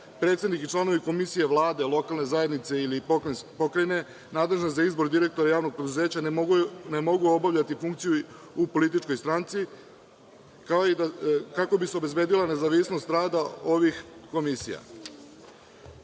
Predsednik i članovi komisije, Vlade, lokalne zajednice ili pokrajine nadležni za izbor direktora javnog preduzeća ne mogu obavljati funkciju u političkoj stranci, kako bi se obezbedilo nezavisnost rada ovih komisija,